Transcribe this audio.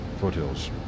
foothills